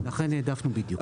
בדיוק.